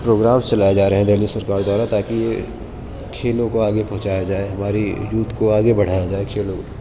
programmes چلائے جا رہے ہیں دلی سرکار دوارا تاکہ یہ کھیلوں کو آگے پہنچایا جائے ہماری یوتھ کو آگے بڑھایا جائے کھیلوں میں